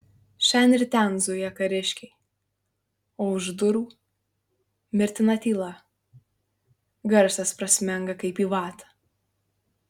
šen ir ten zuja kariškiai o už durų mirtina tyla garsas prasmenga kaip į vatą